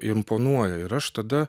imponuoja ir aš tada